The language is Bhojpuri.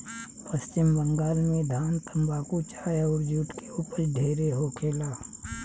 पश्चिम बंगाल में धान, तम्बाकू, चाय अउर जुट के ऊपज ढेरे होखेला